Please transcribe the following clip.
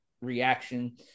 reaction